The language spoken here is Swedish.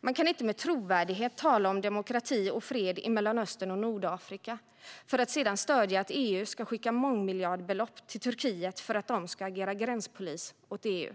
Man kan inte med trovärdighet tala om demokrati och fred i Mellanöstern och Nordafrika för att sedan stödja att EU ska skicka mångmiljardbelopp till Turkiet för att de ska agera gränspolis åt EU.